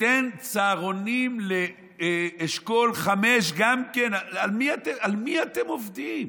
ניתן צהרונים לאשכול 5 גם כן, על מי אתם עובדים?